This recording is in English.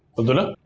abdullah?